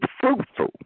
fruitful